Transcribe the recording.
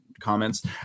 comments